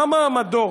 מה מעמדו,